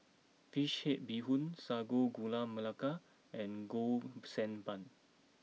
Fish Head Bee Hoon Sago Gula Melaka and Golden Sand Bun